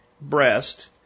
breast